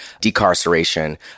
decarceration